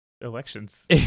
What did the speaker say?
elections